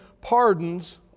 pardons